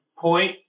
point